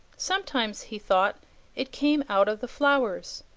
sometimes he thought it came out of the flowers,